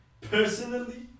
Personally